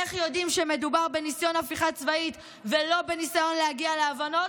איך יודעים שמדובר בניסיון הפיכה צבאית ולא בניסיון להגיע להבנות?